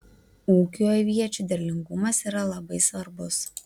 ūkiui aviečių derlingumas yra labai svarbus